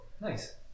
nice